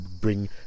bring